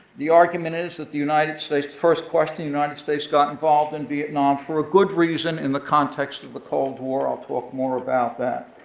the argument is that the united states, first question, that the united states got involved in vietnam for a good reason in the context of the cold war. i'll talk more about that.